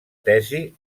tesi